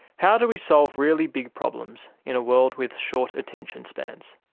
how do we solve really big problems in a world with short attention spans?